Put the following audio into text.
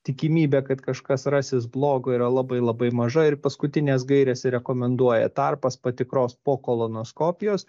tikimybė kad kažkas rasis blogo yra labai labai maža ir paskutinės gairės rekomenduoja tarpas patikros po kolonoskopijos